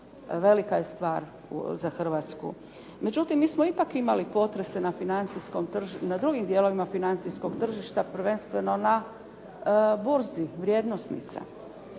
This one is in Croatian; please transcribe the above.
velika je stvar za Hrvatsku. Međutim, mi smo ipak imali potrese na drugim dijelovima financijskog tržišta, prvenstveno na burzi vrijednosnica.